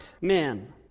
men